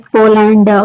Poland